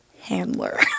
Handler